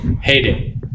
Heyday